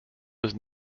was